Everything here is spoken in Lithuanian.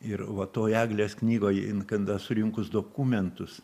ir va toj eglės knygoje jin kada surinkus dokumentus